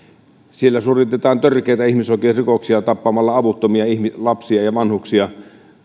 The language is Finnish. siellä suoritetaan törkeitä ihmisoikeusrikoksia tappamalla avuttomia lapsia ja ja vanhuksia